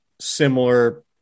similar